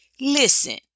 Listen